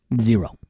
Zero